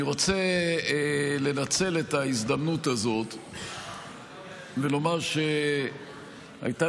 אני רוצה לנצל את ההזדמנות הזאת ולומר שהייתה